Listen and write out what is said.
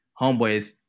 homeboys